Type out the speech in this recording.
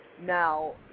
Now